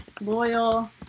loyal